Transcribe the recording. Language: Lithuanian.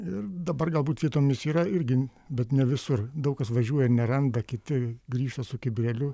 ir dabar galbūt vietomis yra irgi bet ne visur daug kas važiuoja ir neranda kiti grįžta su kibirėliu